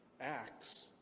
Acts